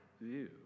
view